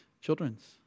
children's